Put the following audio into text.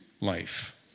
life